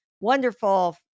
wonderful